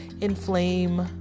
inflame